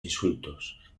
insultos